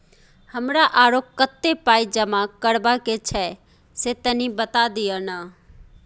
हमरा आरो कत्ते पाई जमा करबा के छै से तनी बता दिय न?